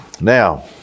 Now